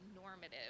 normative